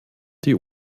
die